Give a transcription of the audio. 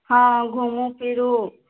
हँ घुमू फिरू